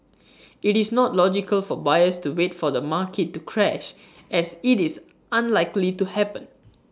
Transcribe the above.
IT is not logical for buyers to wait for the market to crash as IT is unlikely to happen